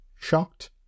shocked